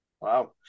Wow